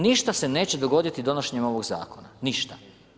Ništa se neće dogoditi donošenjem ovoga zakona, ništa.